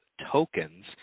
tokens